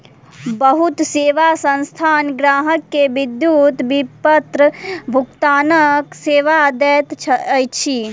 बहुत सेवा संस्थान ग्राहक के विद्युत विपत्र भुगतानक सेवा दैत अछि